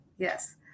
Yes